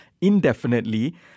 indefinitely